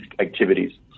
activities